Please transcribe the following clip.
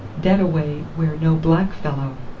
dat away where no black fellow.